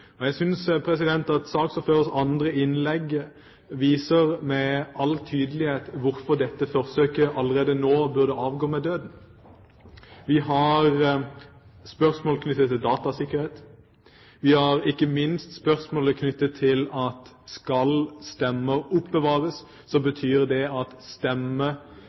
Jeg synes at saksordførerens andre innlegg med all tydelighet viser hvorfor dette forsøket allerede nå burde avgå ved døden. Vi har spørsmål knyttet til datasikkerhet. Vi har ikke minst spørsmål knyttet til at skal stemmer oppbevares, betyr det at den enkeltes stemme